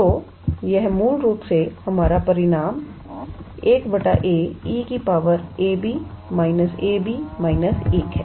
तो मूल रूप से हमारा परिणाम 1a𝑒 𝑎𝑏 − 𝑎𝑏 − 1 है